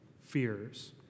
fears